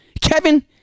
Kevin